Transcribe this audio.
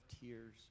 tears